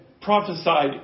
prophesied